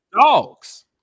dogs